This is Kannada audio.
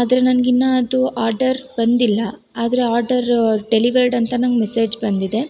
ಆದರೆ ನನ್ಗೆ ಇನ್ನೂ ಅದು ಆರ್ಡರ್ ಬಂದಿಲ್ಲ ಆದರೆ ಆರ್ಡರ್ ಡೆಲಿವರ್ಡ್ ಅಂತ ನಂಗೆ ಮೆಸೇಜ್ ಬಂದಿದೆ